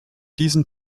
diesen